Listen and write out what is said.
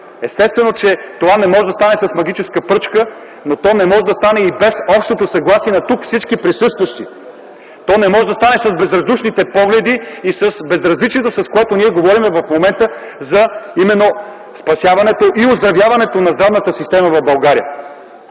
Естествено, че това не може да стане с магическа пръчка, но то не може да стане и без общото съгласие на тук всички присъстващи, то не може да стане с безразличието, с което ние говорим в момента за спасяването и оздравяването на здравната система в България.